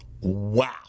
Wow